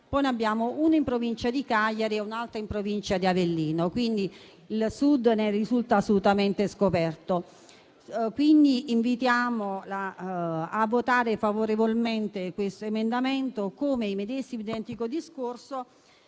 ne abbiamo uno in provincia di Cagliari e un altro in provincia di Avellino. Il Sud ne risulta assolutamente scoperto. Quindi invitiamo a votare a favore di questo emendamento. Medesimo e identico discorso